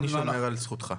אני שומר על זכותך.